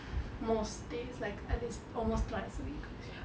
most days like at least almost twice a week